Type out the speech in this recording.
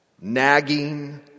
nagging